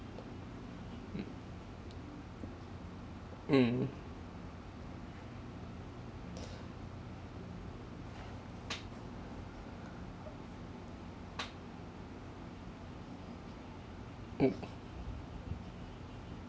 mm mm mm